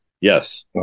yes